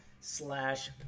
slash